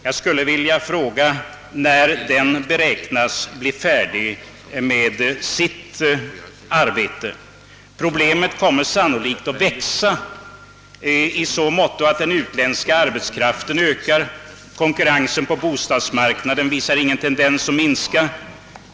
Jag skulle vilja fråga när den beräknas bli färdig med sitt arbete. Problemet kommer sannolikt att växa i så måtto att den utländska arbetskraften ökar. Konkurrensen på bostadsmarknaden visar ingen tendens att minska.